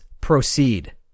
proceed